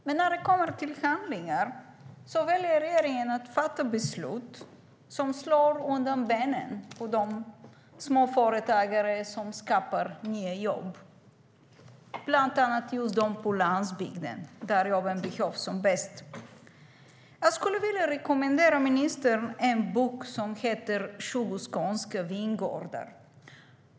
Men när det kommer till handling väljer regeringen att fatta beslut som slår undan benen på de småföretagare som skapar nya jobb, bland annat på landsbygden där jobben behövs som mest..